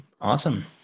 Awesome